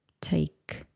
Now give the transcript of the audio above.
take